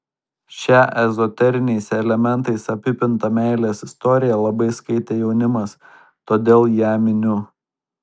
šią ezoteriniais elementais apipintą meilės istoriją labai skaitė jaunimas todėl ją miniu